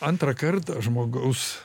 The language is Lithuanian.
antrą kartą žmogaus